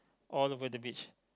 all over the beach